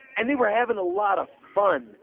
and they were having a lot of fun